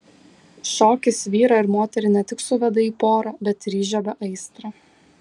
šokis vyrą ir moterį ne tik suveda į porą bet ir įžiebia aistrą